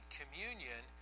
communion